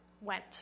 went